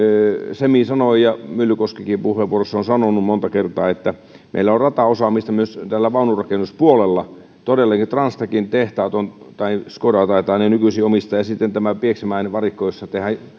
semi sanoi ja myllykoskikin puheenvuorossaan on sanonut monta kertaa meillä on rataosaamista myös vaununrakennuspuolella todellakin transtechin tehtaat tai skoda taitaa ne nykyisin omistaa ja sitten tämä pieksämäen varikko jossa tehdään